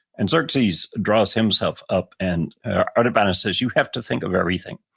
and xerxes draws himself up and artabanus says, you have to think of everything.